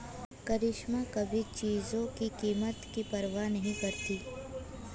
करिश्मा कभी चीजों की कीमत की परवाह नहीं करती